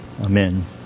Amen